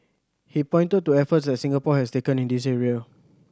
he pointed to efforts that Singapore has taken in this area